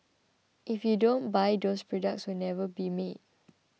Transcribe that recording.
if you don't buy those products will never be made